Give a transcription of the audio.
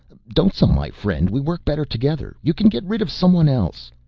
don't sell my friend. we work better together, you can get rid of someone else.